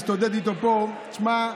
נפתלי בנט, זה רעיון של אלקין.